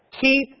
keep